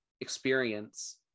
experience